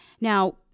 Now